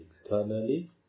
externally